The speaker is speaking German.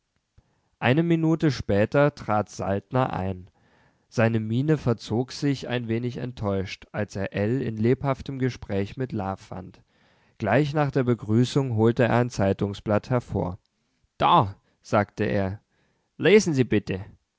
eine minute später trat saltner ein seine miene verzog sich ein wenig enttäuscht als er ell in lebhaftem gespräch mit la fand gleich nach der begrüßung holte er ein zeitungsblatt hervor da sagte er lesen sie bitte